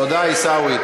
תודה, עיסאווי.